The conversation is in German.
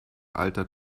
alter